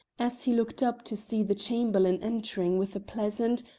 as he looked up to see the chamberlain entering with a pleasant,